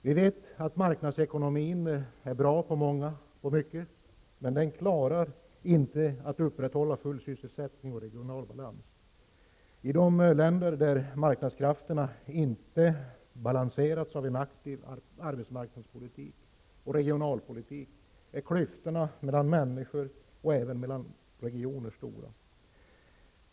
Vi vet att marknadsekonomin är bra på mycket, men den klarar inte att upprätthålla full sysselsättning och regional balans. I de länder där marknadskrafterna inte balanserats av en aktiv arbetsmarknadspolitik och regionalpolitik är klyftorna mellan människor och även mellan regioner stora.